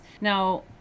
Now